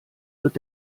wird